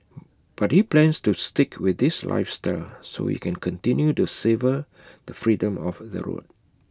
but he plans to stick with this lifestyle so he can continue to savour the freedom of the road